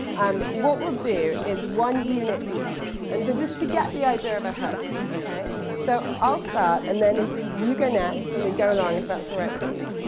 and what we'll do is one unit each. and so just to get the idea of a hook. so i'll start, and then if you go next and we go along, if that's all right with you,